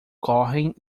correm